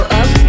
up